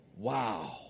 wow